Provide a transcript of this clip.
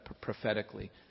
prophetically